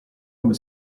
come